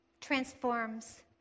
transforms